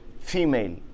female